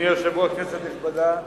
אדוני היושב-ראש, כנסת נכבדה,